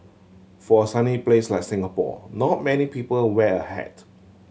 for a sunny place like Singapore not many people wear a hat